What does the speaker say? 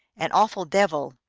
an awful devil,